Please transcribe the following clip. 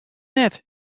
net